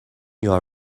your